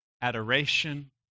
adoration